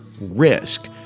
risk